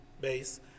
base